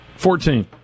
Fourteen